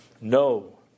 No